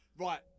Right